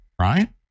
right